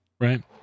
Right